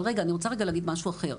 אבל אני רוצה להגיד משהו אחר,